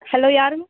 hello யாருங்க